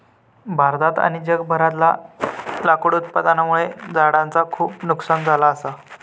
भारतात आणि जगभरातला लाकूड उत्पादनामुळे झाडांचा खूप नुकसान झाला असा